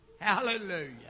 Hallelujah